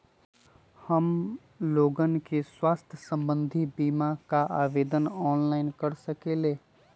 हमन लोगन के स्वास्थ्य संबंधित बिमा का आवेदन ऑनलाइन कर सकेला?